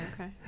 Okay